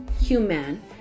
human